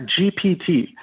GPT